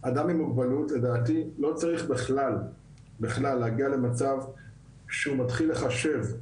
אדם עם מוגבלות לדעתי לא צריך בכלל להגיע למצב שהוא מתחיל לחשב,